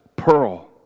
pearl